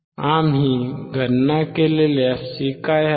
आम्ही गणना केलेली fc काय आहे